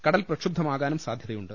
കടൽ പ്രക്ഷുബ്ധമാകാനും സാധ്യതയുണ്ട്